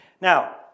Now